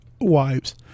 wives